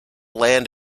land